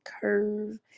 curve